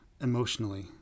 emotionally